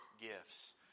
gifts